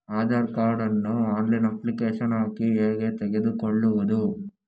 Aadhaar card ನ್ನು online application ಹಾಕಿ ಹೇಗೆ ತೆಗೆದುಕೊಳ್ಳುವುದು?